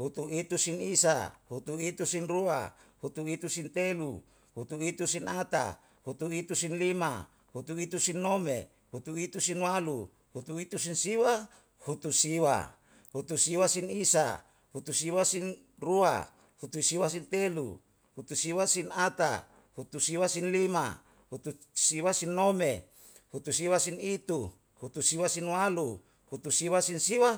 Hutu itu sin isa, hutu itu sin rua, hutu itu sin telu, hutu itu sin ata, hutu itu sin lima, hutu itu sin nome, hutu itu sin itu, hutu itu sin walu, hutu itu sin siwa, hutu siwa. Hutu siwa sin isa, hutu siwa sin rua, hutu siwa sin telu, hutu siwa sin ata, hutu siwa sin lima, hutu siwa sin nome, hutu siwa sin itu, hutu siwa sin walu, hutu siwa sin siwa,